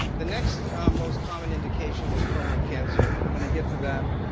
the next most common indication was terminal cancer, and i'm gonna get to that